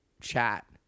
chat